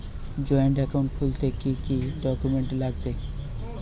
Joint account খুলতে কি কি ডকুমেন্টস লাগবে?